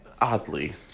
oddly